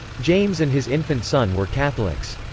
james and his infant son were catholics.